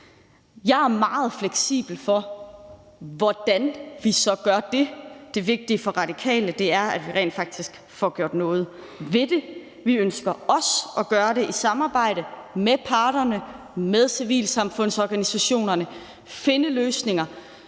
Jeg er meget fleksibel, i forhold til hvordan vi så gør det. Det vigtige for Radikale er, at vi rent faktisk får gjort noget ved det. Vi ønsker også at gøre det i samarbejde med parterne og med civilsamfundsorganisationerne, altså finde løsninger,